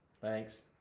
Thanks